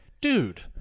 dude